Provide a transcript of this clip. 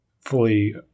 fully